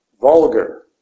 vulgar